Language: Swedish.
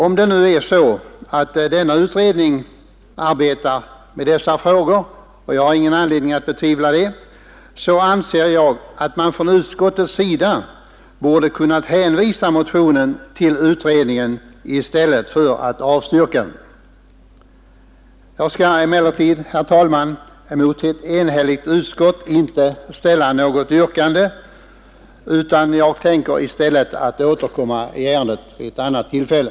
Om det nu är så att denna utredning arbetar med dessa frågor — och jag har ingen anledning att betvivla det — anser jag att utskottet borde ha kunnat hänvisa motionen till utredningen i stället för att avstyrka den. Mot ett enigt utskott skall jag emellertid, herr talman, inte ställa något yrkande, utan jag tänker i stället återkomma i ärendet vid ett annat tillfälle.